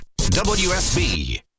WSB